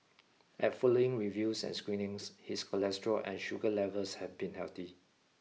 at following reviews and screenings his cholesterol and sugar levels have been healthy